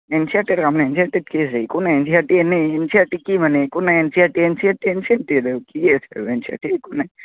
N C R টিৰ কাম নাই এন চি আৰ টিত কি আছে একো নাই এন চি আৰ টি এনেই এন চি আৰ টি কি মানে একো নাই N C R T N C R T N C R T আৰু কি আছে এন চি আৰ টিত একো নাই